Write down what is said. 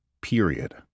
period